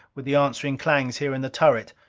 with the answering clangs here in the turret.